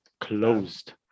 closed